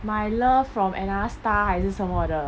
my love from another star 还是什么的